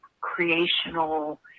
creational